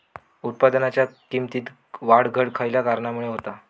उत्पादनाच्या किमतीत वाढ घट खयल्या कारणामुळे होता?